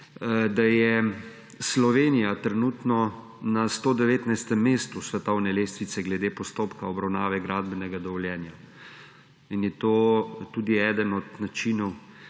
da je Slovenija trenutno na 119. mestu svetovne lestvice glede postopka obravnave gradbenega dovoljenja in je to tudi eden od načinov,